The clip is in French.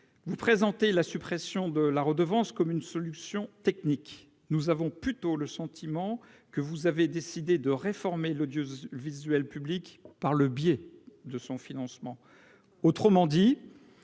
Vous présentez la suppression de la redevance comme une solution technique. Nous avons plutôt le sentiment que vous avez décidé de réformer l'audiovisuel public par le biais de son financement. Autrement dit,